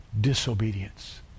disobedience